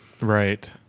Right